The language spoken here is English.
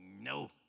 no